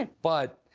and but